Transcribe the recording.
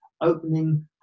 opening